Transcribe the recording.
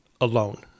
alone